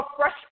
fresh